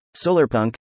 solarpunk